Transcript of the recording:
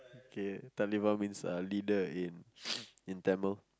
okay Talibah means leader in in tamil